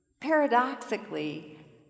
Paradoxically